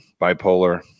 bipolar